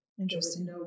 Interesting